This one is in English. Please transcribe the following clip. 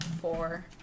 four